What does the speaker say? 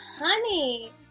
honey